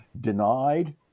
denied